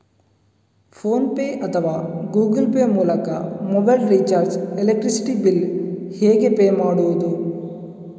Phone pay ಅಥವಾ Google pay ಮೂಲಕ mobile recharge, electricity bill ಹೇಗೆ ಪೇ ಮಾಡುವುದು?